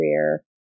career